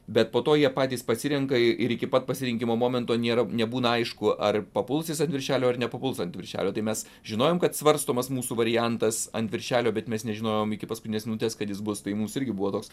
bet po to jie patys pasirenka ir iki pat pasirinkimo momento nėra nebūna aišku ar papuls ant viršelio ar nepapuls ant viršelio tai mes žinojom kad svarstomas mūsų variantas ant viršelio bet mes nežinojom iki paskutinės minutės kad jis bus tai mums irgi buvo toks